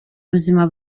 buzima